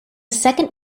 second